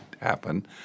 happen